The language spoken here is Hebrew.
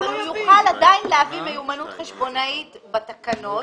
אבל הוא עדיין יוכל להביא מיומנות חשבונאית בתקנות,